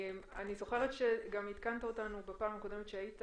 זוכרת שגם עדכנת אותנו בפעם הקודמת שהיית